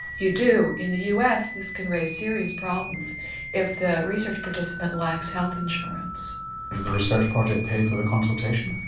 you do. in the us this can raise serious problems if the research participant lacks health insurance. does the research project pay for the consultation?